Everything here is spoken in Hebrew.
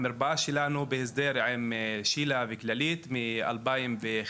המרפאה שלנו בהסדר עם ש.ל.ה וכללית מ-2011.